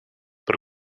per